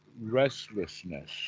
restlessness